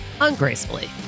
ungracefully